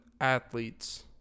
athletes